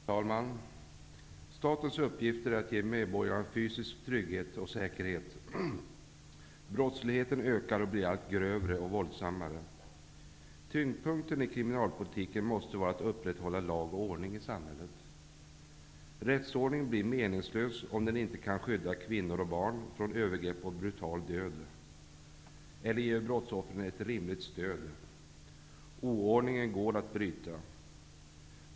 Herr talman! Statens uppgift är bl.a. att ge medborgarna fysisk trygghet och säkerhet. Brottsligheten ökar och blir allt grövre och våldsammare. Tyngdpunkten i kriminalpolitiken måste vara att upprätthålla lag och ordning i samhället. Rättsordningen blir meningslös, om den inte kan skydda kvinnor och barn från övergrepp och brutal död eller ge brottsoffren ett rimligt stöd. Oordningen går att bryta.